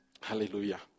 Hallelujah